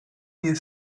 nie